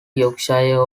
yorkshire